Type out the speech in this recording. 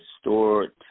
stored